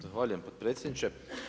Zahvaljujem, potpredsjedniče.